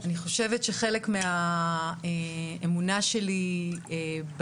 אני חושבת שחלק מהאמונה שלי בדרך